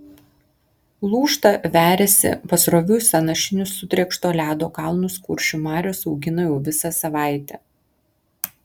lūžta veriasi pasroviui sąnašinius sutrėkšto ledo kalnus kuršių marios augina jau visą savaitę